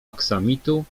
aksamitu